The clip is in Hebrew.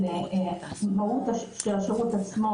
השירות עצמו